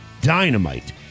dynamite